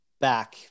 back